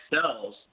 cells